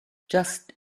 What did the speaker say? just